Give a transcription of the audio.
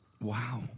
Wow